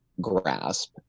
grasp